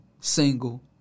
single